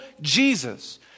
Jesus